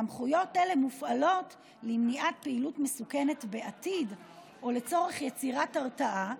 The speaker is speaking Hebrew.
סמכויות אלה מופעלות למניעת פעילות מסוכנת בעתיד או לצורך יצירת הרתעה,